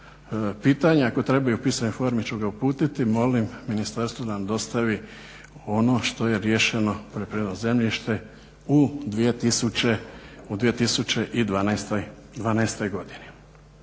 pitanje ako treba i u pisanoj formi ću ga uputiti ministarstvo da nam dostavi ono što je riješeno poljoprivredno zemljište u 2012.godini.